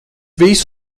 visu